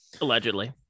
Allegedly